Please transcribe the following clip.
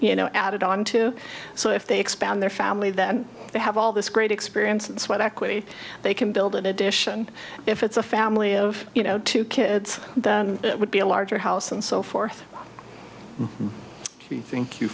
you know added onto so if they expand their family that they have all this great experience and sweat equity they can build an addition if it's a family of you know two kids and it would be a larger house and so forth we thank you